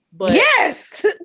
Yes